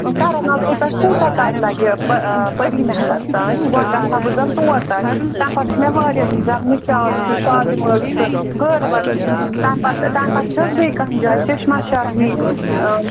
کَرن نگرٕ پٮ۪ٹھ کوٗتاہ تانۍ لَگہِ ہے پی پٔری محلَس تانۍ گۄڈٕ گَژھٕ ہا بہٕ زَن توٗرۍ تانۍ تَمہِ پَتہٕ چھُ مےٚ واریاہَن زَن نِشاط چھُ شالیمٲر چھُ ہٲروَن تَمہِ پَتہٕ تَمہِ پَتہٕ چھِ حظ بیٚیہِ کانٛہہ جاے چشمہ شاہی